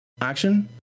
action